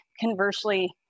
conversely